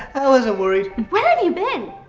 i wasn't worried. where have you been?